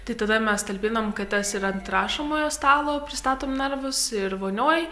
tai tada mes talpinam kates ir ant rašomojo stalo pristatom narvus ir vonioj